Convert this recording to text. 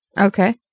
Okay